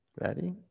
Ready